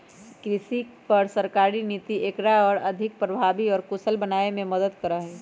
कृषि पर सरकारी नीति एकरा और अधिक प्रभावी और कुशल बनावे में मदद करा हई